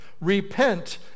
Repent